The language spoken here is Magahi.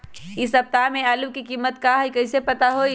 इ सप्ताह में आलू के कीमत का है कईसे पता होई?